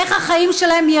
תודה.